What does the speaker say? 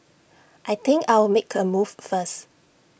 I think I'll make A move first